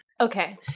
Okay